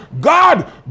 God